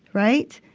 right.